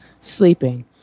sleeping